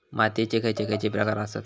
मातीयेचे खैचे खैचे प्रकार आसत?